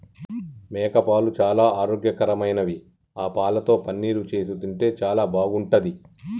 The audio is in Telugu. మేకపాలు చాలా ఆరోగ్యకరమైనవి ఆ పాలతో పన్నీరు చేసి తింటే చాలా బాగుంటది